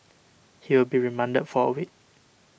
he will be remanded for a week